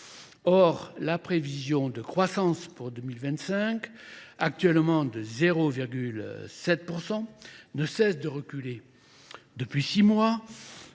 Or, la prévision de croissance pour 2025, actuellement de 0,7%, ne cesse de reculer. depuis six mois